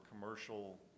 commercial